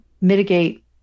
mitigate